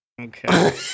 Okay